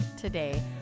today